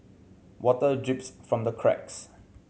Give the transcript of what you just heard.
water drips from the cracks